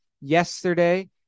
Yesterday